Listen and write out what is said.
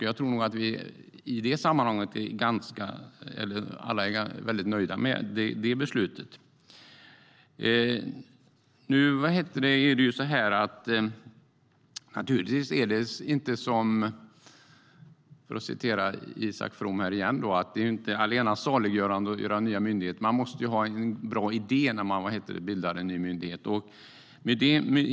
Jag tror att alla är väldigt nöjda med det beslutet. Naturligtvis är det, för att tala med Isak From, inte allena saliggörande att göra nya myndigheter. Man måste ha en bra idé när man bildar en ny myndighet.